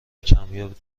کمیاب